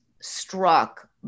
struck